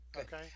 Okay